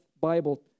Bible